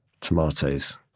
tomatoes